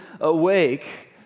awake